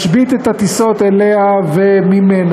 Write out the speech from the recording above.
משבית את הטיסות אליה וממנה,